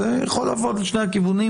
זה יכול לעבוד לשני הכיוונים.